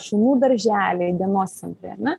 šunų darželiai dienos centrai ar ne